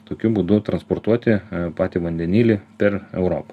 tokiu būdų transportuoti patį vandenilį per europą